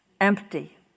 Empty